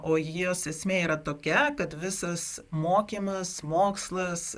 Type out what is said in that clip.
o jos esmė yra tokia kad visas mokymas mokslas